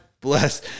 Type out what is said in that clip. bless